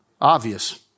Obvious